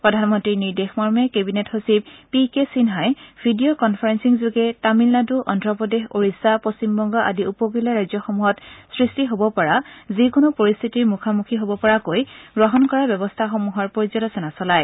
প্ৰধানমন্ত্ৰীৰ নিৰ্দেশ মৰ্মে কেবিনেট সচিব পি কে সিনহাই ভিডিঅ কনফাৰেঞ্চিংযোগে তামিলনাডু অন্ধপ্ৰদেশ ওড়িশা পশ্চিমবংগ আদি উপকূলীয় ৰাজ্যসমূহত সৃষ্টি হ'ব পৰা যিকোনো পৰিশ্বিতিৰ মুখামুখি হ'বপৰাকৈ গ্ৰহণ কৰা ব্যৱস্থাসমূহৰ পৰ্যালোচনা চলায়